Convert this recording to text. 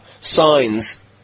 signs